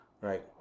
right